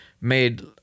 made